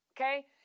okay